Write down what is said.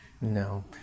No